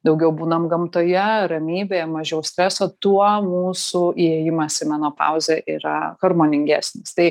daugiau būnam gamtoje ramybėje mažiau streso tuo mūsų įėjimas į menopauzę yra harmoningesnis tai